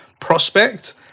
prospect